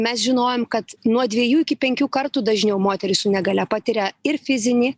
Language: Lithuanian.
mes žinojom kad nuo dviejų iki penkių kartų dažniau moterys su negalia patiria ir fizinį